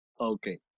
Okay